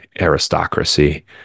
aristocracy